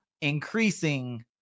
Increasing